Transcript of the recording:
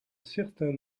certain